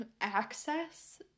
access